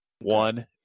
one